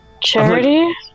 Charity